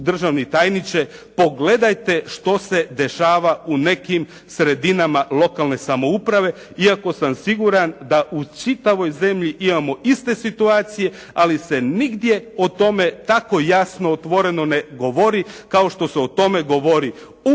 državni tajniče pogledajte što se dešava u nekim sredinama lokalne samouprave, iako sam siguran da u čitavoj zemlji imamo iste situacije, ali se nigdje o tome tako jasno, otvoreno ne govori kao što se o tome govori u